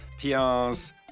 PRs